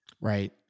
Right